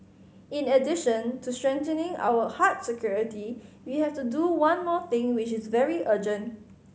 in addition to strengthening our hard security we have to do one more thing which is very urgent